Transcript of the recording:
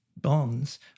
bonds